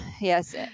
yes